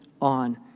on